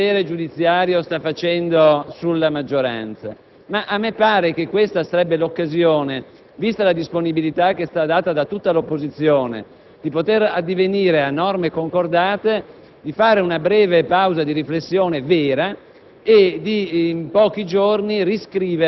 delle pressioni straordinarie che il potere giudiziario sta esercitando sulla maggioranza; ma a me pare che questa sarebbe l'occasione, vista la disponibilità che è stata data da tutta l'opposizione, per poter addivenire a norme concordate, per fare una breve pausa di riflessione vera